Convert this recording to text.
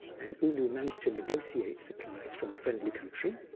and u nu managed to negotiate supplies from a friendly country,